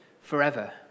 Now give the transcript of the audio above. forever